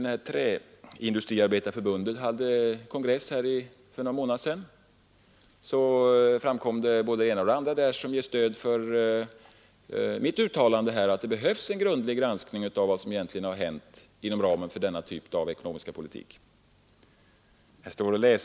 Vid Träindustriarbetareförbundets kongress för någon månad sedan framkom både det ena och det andra som ger stöd åt mitt uttalande, att det behövs en grundlig granskning av vad som egentligen har hänt inom ramen för denna typ av ekonomisk politik.